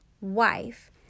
wife